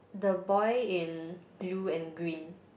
the boy in blue and green